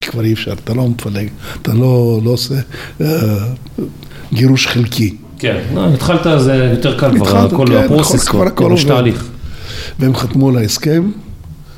כבר אי אפשר, אתה לא מפלג, אתה לא עושה גירוש חלקי. כן, התחלת אז יותר קל, כבר הכל הפרוסס, כבר הכל התהליך. והם חתמו על ההסכם.